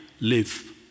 live